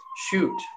Shoot